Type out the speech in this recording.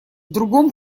другом